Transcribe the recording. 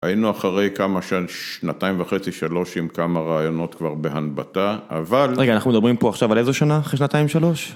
היינו אחרי כמה שנתיים וחצי, שלוש עם כמה רעיונות כבר בהנבטה, אבל... רגע, אנחנו מדברים פה עכשיו על איזה שנה? אחרי שנתיים, שלוש?